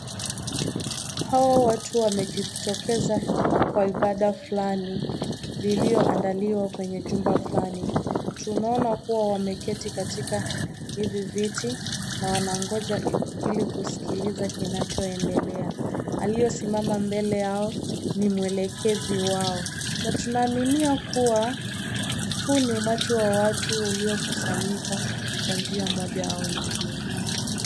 Hawa watu wamejitokeza kwa ibada fulani lililoandaliwa kwenye chumba fulani. Tunaona kuwa wameketi katika hivi viti na wanangoja ili kuskiliza kinachoendelea. Aliyesimama mbele yao ni mwelekezi wao na tunaaminia kuwa huu ni umati wa watu uliokusanyika Kwa njia moja au nyingine.